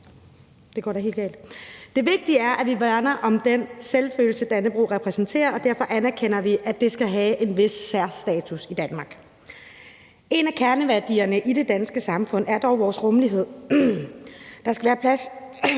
nationalfølelse. Det vigtige er, at vi værner om den selvfølelse, Dannebrog repræsenterer, og derfor anerkender vi, at det skal have en vis særstatus i Danmark. En af kerneværdierne i det danske samfund er dog vores rummelighed. Der skal være plads